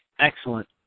Excellent